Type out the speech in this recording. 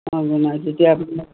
নাই তেতিয়া আপোনাৰ